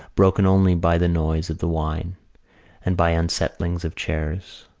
broken only by the noise of the wine and by unsettlings of chairs.